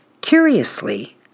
Curiously